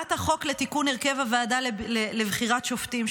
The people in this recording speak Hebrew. הצעת החוק לתיקון הרכב הוועדה לבחירת שופטים,